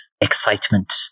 excitement